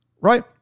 Right